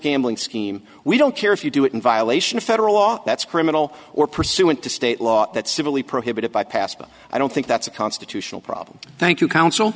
gambling scheme we don't care if you do it in violation of federal law that's criminal or pursuant to state law that civilly prohibited by passed but i don't think that's a constitutional problem thank you counsel